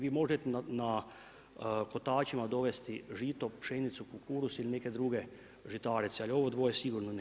Vi možete na kotačima dovesti žito, pšenicu, kukuruz ili neke druge žitarice, ali ovo dvoje sigurno ne.